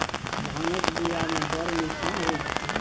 भांगक बियामे बड़ निशा होएत छै